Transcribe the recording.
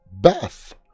Beth